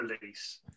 release